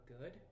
good